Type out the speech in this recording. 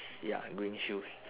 ya green shoes